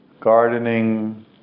Gardening